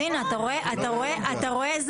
דיברנו על